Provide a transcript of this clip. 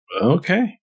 Okay